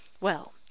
Well